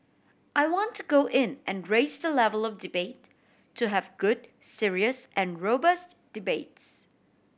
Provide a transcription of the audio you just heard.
I want to go in and raise the level of debate to have good serious and robust debates